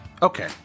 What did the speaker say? Okay